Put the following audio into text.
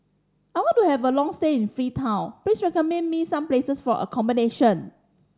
I want to have a long stay in Freetown please recommend me some places for accommodation